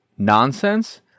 Nonsense